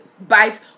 bite